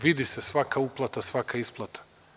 Vidi se svaka uplata, svaka isplata.